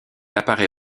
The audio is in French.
apparaît